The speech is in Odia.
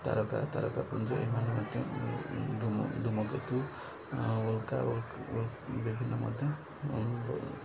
ତାରକା ତାରକାପୁଞ୍ଜ ଏମାନେ ମଧ୍ୟ ଧୁମ ଧୁମକେତୁ ଓଲକା ଏବଂ ବିଭିନ୍ନ ମଧ୍ୟ